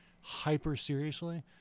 hyper-seriously